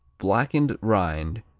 blackened rind,